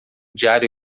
diário